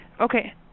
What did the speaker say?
Okay